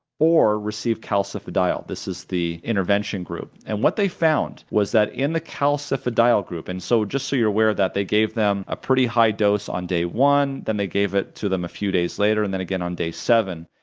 or receive calcifediol, this is the intervention group, and what they found was that in the calcifediol group, and so just so you're aware that they gave them a pretty high dose on day one, then they gave it to them a few days later, and then again on day seven.